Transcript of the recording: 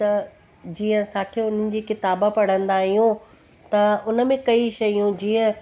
त जीअं असांखे उन्हनि जी किताबा पढ़ंदा आहियूं त उन में कई शयूं जीअं